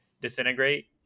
disintegrate